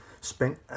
spent